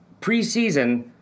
preseason